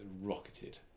rocketed